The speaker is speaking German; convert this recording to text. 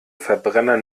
verbrenner